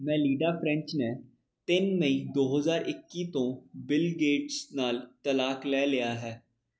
Melinda French ਨੇ ਤਿੰਨ ਮਈ ਦੋ ਹਜ਼ਾਰ ਇੱਕੀ ਤੋਂ ਬਿਲ ਗੇਟਸ ਨਾਲ ਤਲਾਕ ਲੈ ਲਿਆ ਹੈ